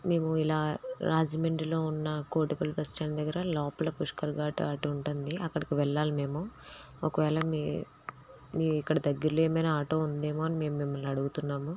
మేము ఇలా రాజమండ్రిలో ఉన్న కోటిపల్లి బస్టాండ్ దగ్గర లోపల పుష్కర్ ఘాట్ అటు ఉంటుంది అక్కడికి వెళ్ళాలి మేము ఒకవేళ మీ మీ ఇక్కడ దగ్గిరిలో ఏమైనా ఆటో ఉందేమో అని మేము మిమ్మల్ని అడుగుతున్నాము